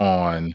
on